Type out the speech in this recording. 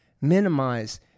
minimize